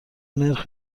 نرخ